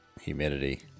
humidity